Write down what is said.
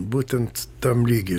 būtent tam lygy